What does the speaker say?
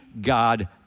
God